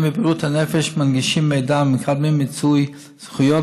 מתמודדים בבריאות הנפש מנגישים מידע ומקדמים מיצוי זכויות